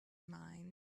mind